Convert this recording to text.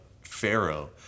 Pharaoh